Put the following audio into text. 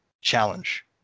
challenge